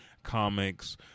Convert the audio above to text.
comics